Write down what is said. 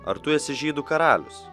ar tu esi žydų karalius